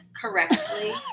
correctly